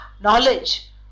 knowledge